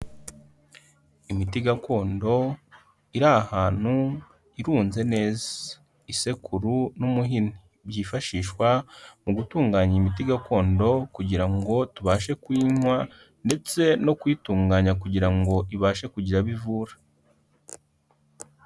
Imiti gakondo iri ahantu irunze neza. Isekuru n'umuhini byifashishwa mu gutunganya imiti gakondo kugira tubashe kuyinywa ndetse no kuyitunganya kugira ngo ibashe kugira abo ivura.